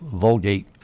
Vulgate